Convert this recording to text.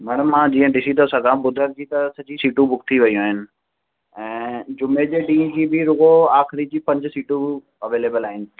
madam मां जीअं ॾिसी थो सघां बुधर जी त सॼी सीटूं बुक थी वियो आहिनि ऐं जुमे जे ॾींहं जी रूगो आख़िरी जी पंज सीटूं अवेलेबल आहिनि